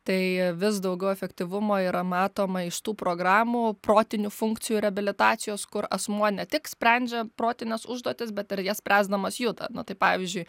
tai vis daugiau efektyvumo yra matoma iš tų programų protinių funkcijų reabilitacijos kur asmuo ne tik sprendžia protines užduotis bet ir jas spręsdamas juda na tai pavyzdžiui